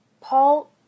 Paul